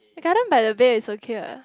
Gardens-by-the-Bay is okay [what]